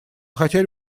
хотели